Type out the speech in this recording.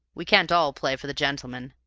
we can't all play for the gentlemen,